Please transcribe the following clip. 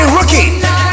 Rookie